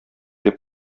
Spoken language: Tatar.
дип